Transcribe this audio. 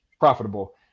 profitable